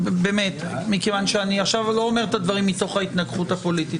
אני עכשיו לא אומר את הדברים מתוך התנגחות פוליטית.